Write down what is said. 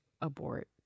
abort